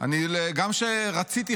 גם כשרציתי,